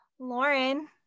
Lauren